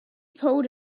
pulled